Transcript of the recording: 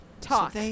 Talk